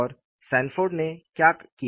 और सैनफोर्ड ने क्या किया